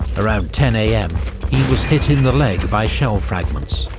around ten am he was hit in the leg by shell fragments.